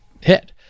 hit